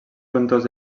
frontons